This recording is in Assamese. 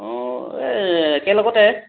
অঁ এই একেলগতে